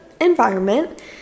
environment